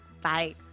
Bye